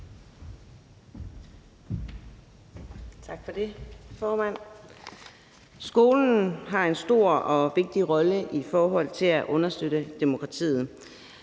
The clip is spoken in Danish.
Tak for det. Skolen har en stor og vigtig rolle i forhold til at understøtte demokratiet.